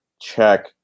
check